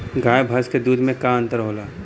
गाय भैंस के दूध में का अन्तर होला?